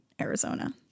Arizona